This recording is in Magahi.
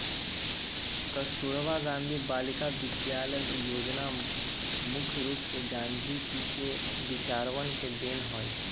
कस्तूरबा गांधी बालिका विद्यालय योजना मुख्य रूप से गांधी जी के विचरवन के देन हई